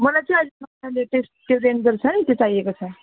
मलाई चाहिँ त्यस त्यो रेन्जर छ नि त्यो चाहिएको छ